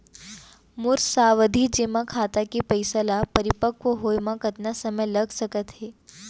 मोर सावधि जेमा खाता के पइसा ल परिपक्व होये म कतना समय लग सकत हे?